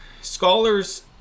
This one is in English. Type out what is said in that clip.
scholars